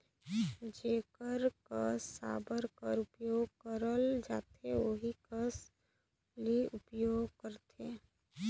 जेकर कस साबर कर उपियोग करल जाथे ओही कस सबली उपियोग करथे